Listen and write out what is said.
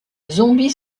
zombie